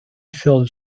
filled